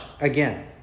again